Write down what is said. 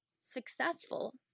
successful